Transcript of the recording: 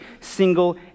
single